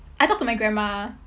I talk to my grandma